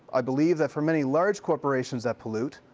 i believe that for many large corporations that pollute,